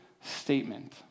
statement